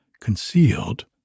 concealed